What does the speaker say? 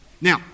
Now